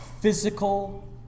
physical